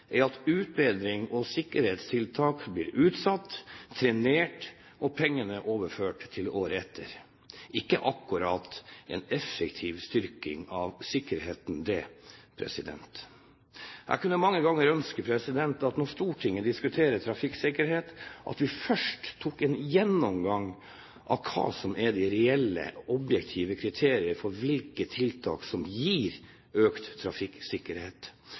er at utbedring og sikkerhetstiltak blir utsatt og trenert, og pengene blir overført til året etter. Det er ikke akkurat en effektiv styrking av trafikksikkerheten. Jeg kunne mange ganger ønske at vi, når Stortinget diskuterer trafikksikkerhet, først tok en gjennomgang av hva som er de reelle, objektive kriteriene for hvilke tiltak som gir økt trafikksikkerhet,